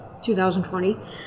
2020